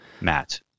Matt